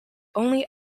only